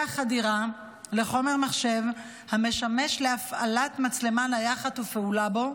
חדירה לחומר מחשב המשמש להפעלת מצלמה נייחת ופעולה בו,